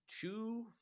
two